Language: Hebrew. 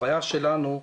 הבעיה שלנו היא